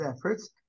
efforts